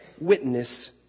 witness